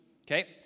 Okay